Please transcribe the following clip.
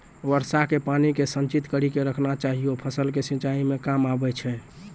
वर्षा के पानी के संचित कड़ी के रखना चाहियौ फ़सल के सिंचाई मे काम आबै छै?